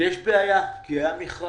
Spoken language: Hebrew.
יש בעיה, כי היה מכרז.